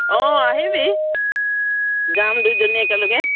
অঁ আহিবি যাম দুইজনী একেলগে